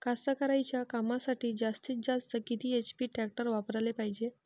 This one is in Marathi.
कास्तकारीच्या कामासाठी जास्तीत जास्त किती एच.पी टॅक्टर वापराले पायजे?